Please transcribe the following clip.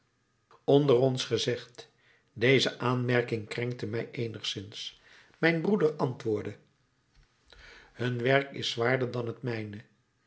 onder ons gezegd deze aanmerking krenkte mij eenigszins mijn broeder antwoordde hun werk is zwaarder dan het mijne